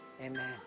Amen